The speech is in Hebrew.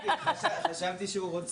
(היו"ר דן אילוז)